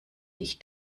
dich